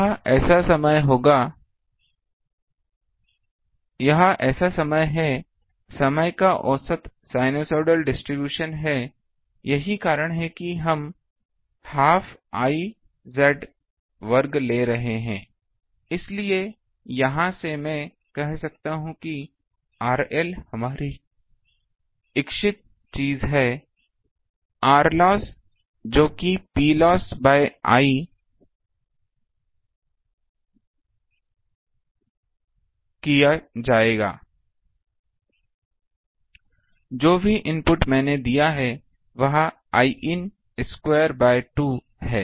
यह ऐसा समय है समय का औसत साइनसोइडल डिस्ट्रीब्यूशन है यही कारण है कि हम हाफ I स्क्वायर ले रहे हैं इसलिए यहां से मैं कह सकता हूं कि RL हमारी इच्छित चीज क्या है Rloss जो कि Ploss बाय I प्लोस किया जाएगा जो भी इनपुट मैंने दिया है वह Iin स्क्वायर बाय 2 है